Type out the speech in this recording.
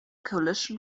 coalition